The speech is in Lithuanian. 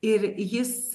ir jis